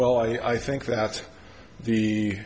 well i think that the